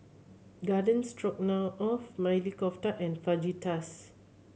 Garden Stroganoff Maili Kofta and Fajitas